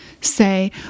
say